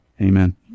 Amen